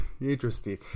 Interesting